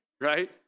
right